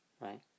right